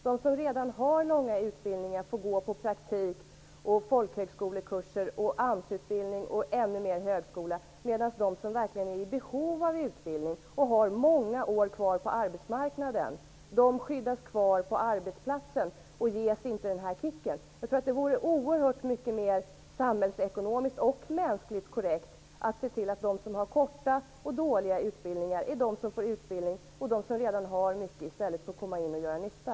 De som redan har långa utbildningar får gå på praktik, folkhögskolekurser, AMS-utbildning och ännu mer högskola, medan de som verkligen är i behov av utbildning och har många år kvar på arbetsmarknaden skyddas kvar på arbetsplatsen och ges inte denna ''kick''. Det vore oerhört mycket mer samhällsekonomiskt och mänskligt korrekt att se till att de som har korta och dåliga utbildningar får mer utbildning och de som redan har mycket utbildning i stället får göra nytta.